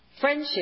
Friendship